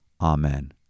Amen